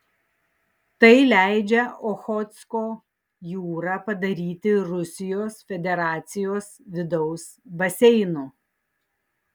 tai leidžia ochotsko jūrą padaryti rusijos federacijos vidaus baseinu